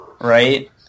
right